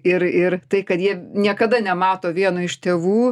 ir ir tai kad jie niekada nemato vieno iš tėvų